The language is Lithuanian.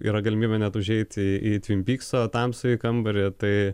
yra galimybė net užeiti į tvimpykso tamsųjį kambarį tai